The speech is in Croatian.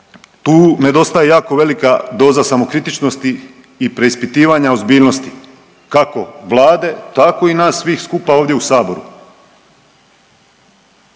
tu nedostaje jako velika doza samokritičnosti i preispitivanja ozbiljnosti kako Vlade, tako i nas svih skupa ovdje u Saboru.